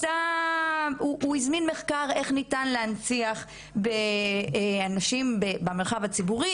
והוא הזמין מחקר איך ניתן להנציח אנשים במרחב הציבורי.